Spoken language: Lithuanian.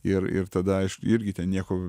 ir ir tada aišku irgi ten nieko